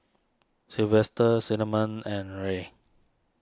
Sylvester Cinnamon and Rae